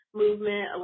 movement